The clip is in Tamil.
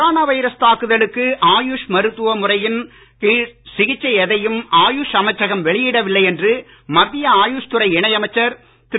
கொரோனா வைரஸ் தாக்குதலுக்கு ஆயுஷ் மருத்துவ முறையின் கீழ் சிகிச்சை எதையும் ஆயுஷ் அமைச்சகம் வெளியிடவில்லை என்று மத்திய ஆயுஷ் துறை இணை அமைச்சர் திரு